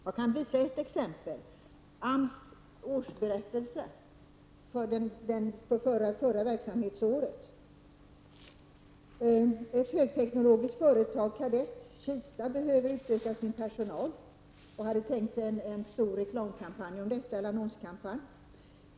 Jag vill nämna ett exempel i AMS årsberättelse från förra verksamhetsåret. Ett högteknologiskt företag, Cadett AB i Kista, behövde utöka sin personal, och man hade därför planerat en stor annonskampanj.